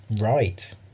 right